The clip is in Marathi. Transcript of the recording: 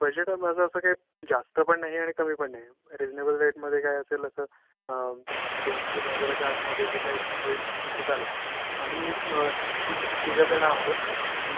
बजेट असं माझं काय जास्त पण नाही आहे आणि कमी पण नाही आहे रिजनेबल रेटमध्ये काय असेल असं दोन तीन हजाराच्या आतमध्ये जे काय पण होईल ते चालेल आम्ही तिक् तिघं जण आहोत